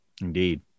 Indeed